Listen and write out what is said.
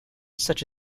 such